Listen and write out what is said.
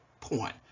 point